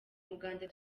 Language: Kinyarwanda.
umuganda